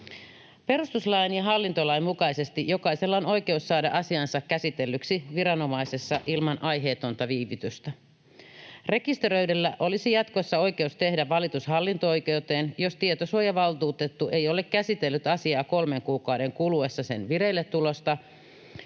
Perustuslain ja hallintolain mukaisesti jokaisella on oikeus saada asiansa käsitellyksi viranomaisessa ilman aiheetonta viivytystä. Rekisteröidyillä olisi jatkossa oikeus tehdä valitus hallinto-oikeuteen, jos tietosuojavaltuutettu ei ole käsitellyt asiaa kolmen kuukauden kuluessa sen vireilletulosta